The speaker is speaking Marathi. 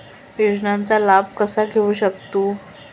योजनांचा लाभ कसा घेऊ शकतू?